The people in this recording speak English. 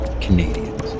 Canadians